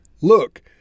Look